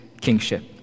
kingship